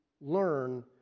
learn